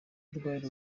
rwari